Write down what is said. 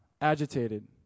agitated